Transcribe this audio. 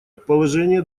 положение